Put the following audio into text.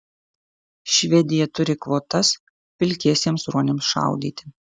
švedija turi kvotas pilkiesiems ruoniams šaudyti